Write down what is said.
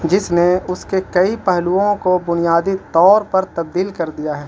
جس نے اس کے کئی پہلوؤں کو بنیادی طور پر تبدیل کر دیا ہے